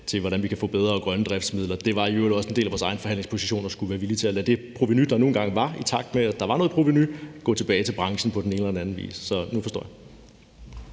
til, hvordan vi kan få bedre og grønne drivmidler. Det var i øvrigt også en del af vores egen forhandlingsposition at skulle være villig til at lade det provenu, der nu engang var, i takt med at der var noget provenu, gå tilbage til branchen på den ene eller den anden vis. Så nu forstår jeg.